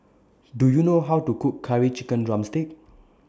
Do YOU know How to Cook Curry Chicken Drumstick